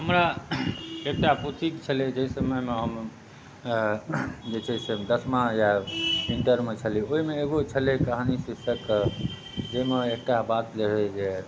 हमरा एकटा पोथी छलै जाहि समयमे हम जे छै से हम दशमा या इण्टरमे छलियै ओहिमे एगो छलै कहानी शीर्षक जाहिमे एकटा बात जे रहै जे